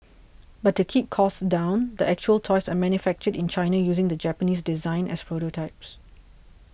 but to keep costs down the actual toys are manufactured in China using the Japanese design as a prototype